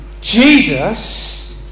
Jesus